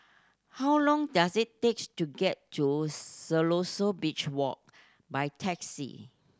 how long does it takes to get to Siloso Beach Walk by taxi